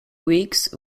weeks